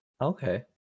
Okay